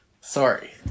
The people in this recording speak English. Sorry